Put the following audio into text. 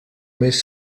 més